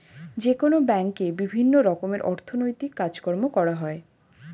যেকোনো ব্যাঙ্কে বিভিন্ন রকমের অর্থনৈতিক কাজকর্ম করা হয়